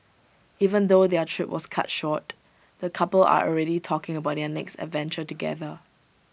even though their trip was cut short the couple are already talking about their next adventure together